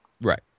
Right